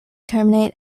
terminate